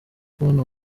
kubona